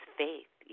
faith